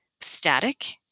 static